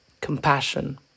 compassion